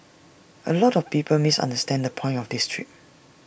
A lot of people misunderstand the point of this trip